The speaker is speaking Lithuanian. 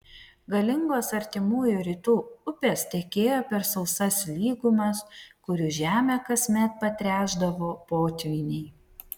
galingos artimųjų rytų upės tekėjo per sausas lygumas kurių žemę kasmet patręšdavo potvyniai